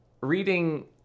reading